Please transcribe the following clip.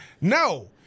No